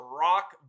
rock